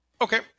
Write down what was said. Okay